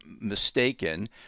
mistaken